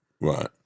Right